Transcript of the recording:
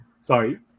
Sorry